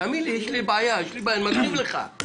תאמין לי, יש לי בעיה, אני מקשיב לך.